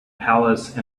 palace